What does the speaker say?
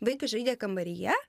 vaikas žaidė kambaryje